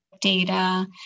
data